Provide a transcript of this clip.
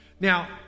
Now